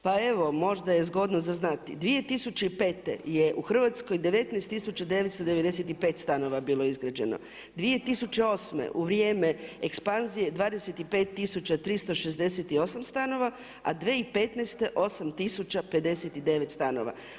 Pa evo možda je zgodno za znati, 2005. je u Hrvatskoj 19995 stanova bilo izgrađeno, 2008. u vrijeme ekspanzije 25368 stanova, a 2015. 8059 stanova.